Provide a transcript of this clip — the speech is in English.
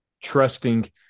trusting